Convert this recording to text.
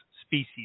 species